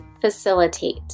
facilitate